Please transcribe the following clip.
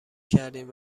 کردیم